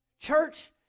Church